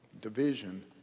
division